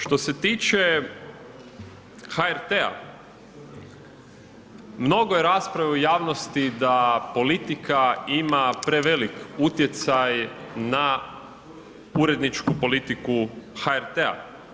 Što se tiče HRT-a, mnogo je rasprava u javnosti da politika ima prevelik utjecaj na uredničku politiku HRT-a.